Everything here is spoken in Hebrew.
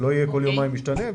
שלא כל יומיים ישתנה,